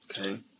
Okay